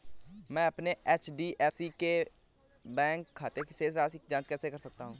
मैं अपने HDFC bank के खाते की शेष राशि की जाँच कैसे कर सकता हूँ?